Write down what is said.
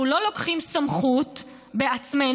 אנחנו לא לוקחים סמכות בעצמנו.